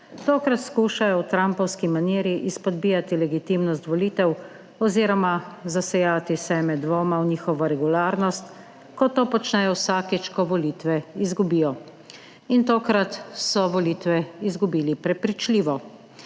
Tokrat skušajo v trumpovski maniri izpodbijati legitimnost volitev oziroma zasejati seme dvoma v njihovo regularnost, kot to počnejo vsakič, ko volitve 25. TRAK: (AJ) 11.00 (nadaljevanje) izgubijo. In tokrat so volitve izgubili prepričljivo.